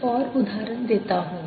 एक और उदाहरण देता हूं